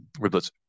riblets